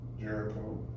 Jericho